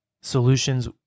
solutions